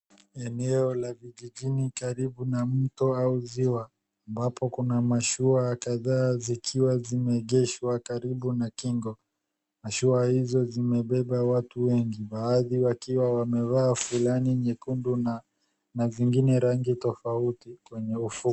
Eneo la vijijini karibu na mto au ziwa ambapo kuna mashua kadhaa zikiwa zimeegeshwa karibu na kingo. Mashua hizo zimebeba watu wengi baadhi wakiwa wamevaa fulana nyekundu na zingine rangi tofauti kwenye ufuu.